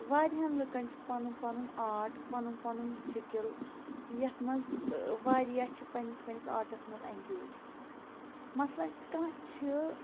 وارہَن لُکَن چھُ پَنُن پَنُن آٹ پَنُن پَنُن سِکِل یَتھ مَنٛز واریاہ چھِ پَننِس پَننِس آٹَس مَنٛز ایٚنٛگیج مَثلن کانٛہہ چھِ